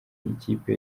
ikipe